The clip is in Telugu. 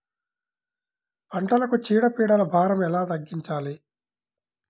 పంటలకు చీడ పీడల భారం ఎలా తగ్గించాలి?